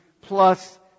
plus